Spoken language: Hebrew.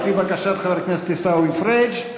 על-פי בקשת חבר הכנסת עיסאווי פריג'.